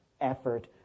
effort